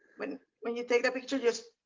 when when you take the picture just